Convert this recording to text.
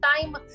time